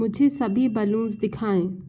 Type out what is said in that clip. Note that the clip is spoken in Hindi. मुझे सभी बलून्स दिखाएँ